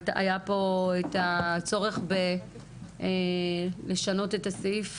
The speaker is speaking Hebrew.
היה פה את הצורך בלשנות את הסעיף